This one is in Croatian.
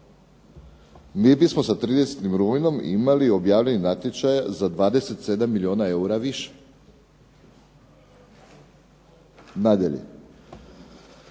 mi bismo sa 30. rujnom imali objavljenih natječaja za 27 milijuna eura više. Nadalje,